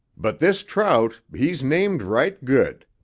but this trout, he's named right good.